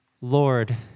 Lord